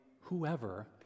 whoever